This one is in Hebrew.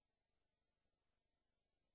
צריך לומר חבר הכנסת אלכס מילר, לעלות לדוכן